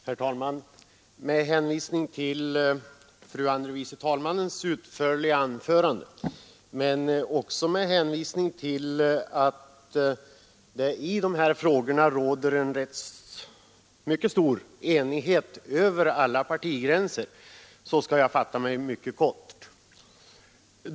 Herr talman! Med hänvisning till fru andre vice talmannens utförliga anförande men också med hänvisning till att det i de här frågorna råder en stor enighet över alla partigränser skall jag fatta mig mycket kort.